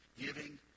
giving